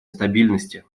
стабильности